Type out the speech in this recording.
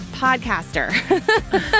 podcaster